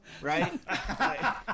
right